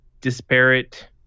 disparate